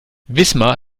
wismar